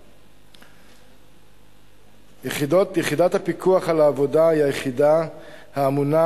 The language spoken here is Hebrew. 1. יחידת הפיקוח על העבודה היא היחידה הממונה